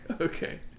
Okay